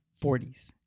40s